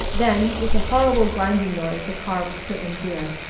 then with a horrible grinding noise the car was put in gear,